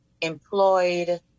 employed